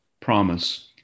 promise